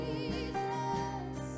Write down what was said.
Jesus